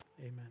amen